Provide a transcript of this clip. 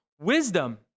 wisdom